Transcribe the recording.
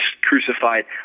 crucified